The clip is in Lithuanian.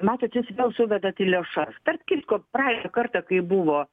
matot jūs vėl suvedat į lėšas tarp kitko praeitą kartą kai buvo